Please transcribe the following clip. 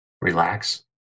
relax